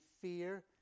fear